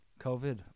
COVID